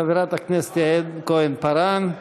חברת הכנסת יעל כהן-פארן.